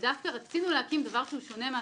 ורצינו להקים משהו שונה מהתנועות.